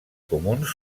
comuns